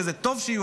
טוב שיהיו.